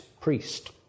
priest